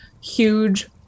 huge